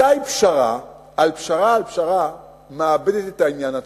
מתי פשרה על פשרה על פשרה מאבדת את העניין עצמו?